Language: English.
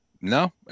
No